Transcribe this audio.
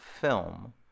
film